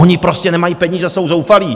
Oni prostě nemají peníze, jsou zoufalí.